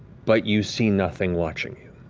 but you see nothing watching you.